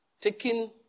Taking